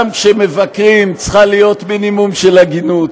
גם כשמבקרים, צריך מינימום של הגינות.